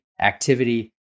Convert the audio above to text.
activity